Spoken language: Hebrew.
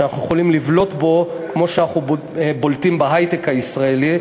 שאנחנו יכולים לבלוט בו כמו שאנחנו בולטים בהיי-טק הישראלי.